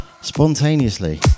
spontaneously